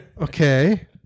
Okay